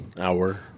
hour